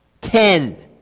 Ten